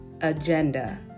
agenda